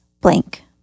blank